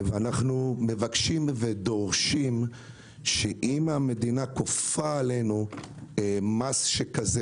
אנו דורשים שאם המדינה כופה עלינו מס כזה,